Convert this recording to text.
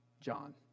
John